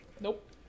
Nope